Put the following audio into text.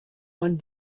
one